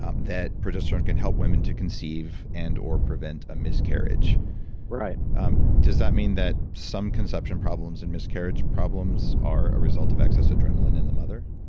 um that progesterone can help women to conceive and or prevent a miscarriage right um does that mean that some conception problem and miscarriage problems are a result of excess adrenaline in the mother?